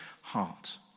heart